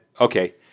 okay